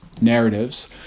narratives